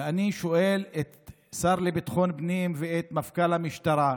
ואני שואל את השר לביטחון פנים ואת מפכ"ל המשטרה: